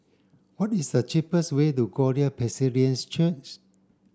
what is the cheapest way to Glory Presbyterian Church